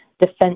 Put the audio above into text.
defense